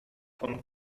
von